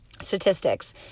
statistics